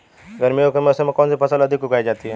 गर्मियों के मौसम में कौन सी फसल अधिक उगाई जाती है?